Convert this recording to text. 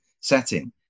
setting